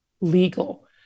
legal